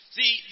See